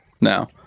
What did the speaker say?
now